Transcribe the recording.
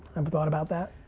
um thought about that.